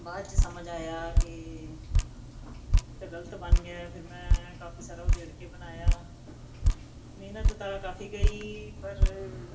ਬਾਅਦ 'ਚ ਸਮਝ ਆਇਆ ਕਿ ਇਹ ਤਾਂ ਗਲ਼ਤ ਬਣ ਗਿਆ ਹੈ ਫਿਰ ਮੈਂ ਕਾਫੀ ਸਾਰਾ ਉਧੇੜ ਕੇ ਬਣਾਇਆ ਮਿਹਨਤ ਤਾਂ ਕਾਫੀ ਗਈ ਪਰ